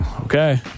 Okay